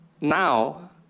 now